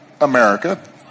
America